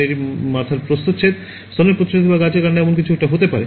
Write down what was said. এটি মাথার প্রস্থচ্ছেদ স্তনের প্রস্থচ্ছেদ বা গাছের কাণ্ড এমন কিছু হতে পারে